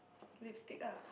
lipstick ah